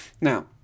Now